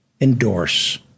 endorse